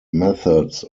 methods